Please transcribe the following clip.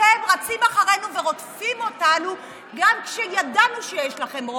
אתם רצים אחרינו ורודפים אותנו גם כשידענו שיש לכם רוב,